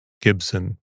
Gibson